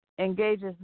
engages